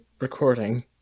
recording